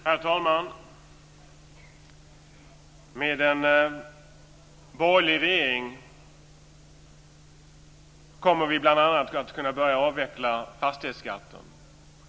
Herr talman! Med en borgerlig regering kommer vi bl.a. att kunna börja avveckla fastighetsskatten.